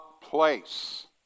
place